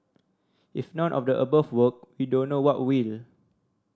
if none of the above work we don't know what will